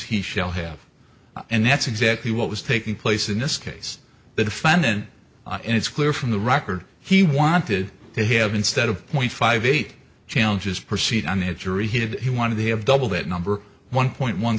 he shall have and that's exactly what was taking place in this case the defendant and it's clear from the record he wanted to have instead of point five eight challenges proceed on a jury he did he want to have double that number one point one